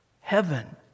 heaven